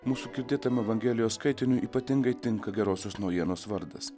mūsų girdėtame evangelijos skaitiniui ypatingai tinka gerosios naujienos vardas